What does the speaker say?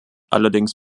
allerdings